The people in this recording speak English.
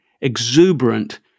exuberant